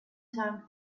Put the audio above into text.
time